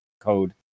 code